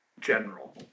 general